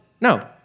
No